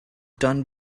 done